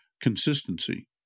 consistency